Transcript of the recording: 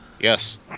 Yes